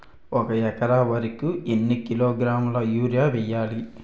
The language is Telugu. ఒక ఎకర వరి కు ఎన్ని కిలోగ్రాముల యూరియా వెయ్యాలి?